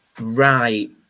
right